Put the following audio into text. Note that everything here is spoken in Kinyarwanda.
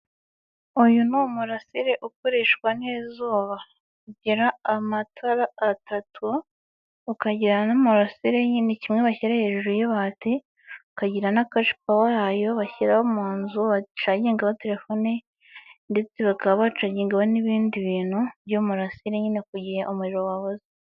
Uyu ni umurasire ukoreshwa n'izuba, ugira amatara atatu ukagira n'umurasire nyine kimwe bashyira hejuru y'ibati, ukagira n'akashipawa yayo bashyira mu nzu, bacagingaho telefone ndetse bakaba bacagingaho n'ibindi bintu by'umurasire nyine ku gihe umuriro wabuze.